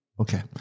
Okay